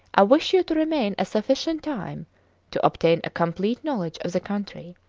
i wish you to remain a sufficient time to obtain a complete knowledge of the country.